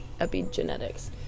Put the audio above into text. epigenetics